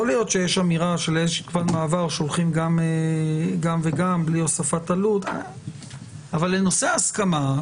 יכול להיות שיש אמירה שהולכים גם וגם בלי הוספת עלות אבל לנושא ההסכמה,